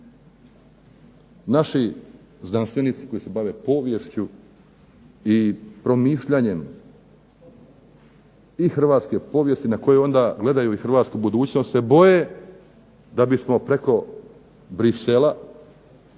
naši znanstvenici koji se bave poviješću i promišljanjem i hrvatske povijesti na koje onda gledaju i hrvatsku budućnost se boje da bismo preko Bruxella